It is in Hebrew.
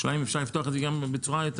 השאלה אם אפשר לפתוח את זה בצורה יותר